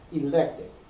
elected